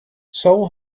seoul